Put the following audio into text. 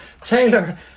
taylor